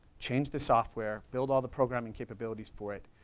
change the software, build all the programming capabilities for it,